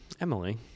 emily